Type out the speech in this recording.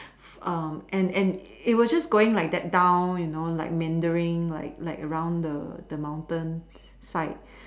um and and it was just going like that down you know meandering like like along the mountain side